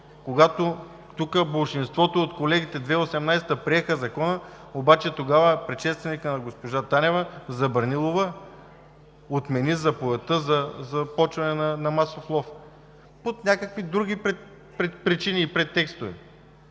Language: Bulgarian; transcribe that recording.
Когато тук болшинството от колегите 2018 г. приеха Закона, тогава предшественикът на госпожа Танева забрани лова, отмени Заповедта за почване на масов лов по някакви други причини и претекст.